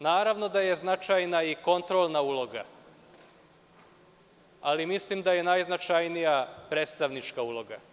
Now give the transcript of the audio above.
Naravno, značajna je i kontrolna uloga, ali mislim da je najznačajnija predstavnička uloga.